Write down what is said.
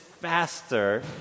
faster